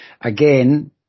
again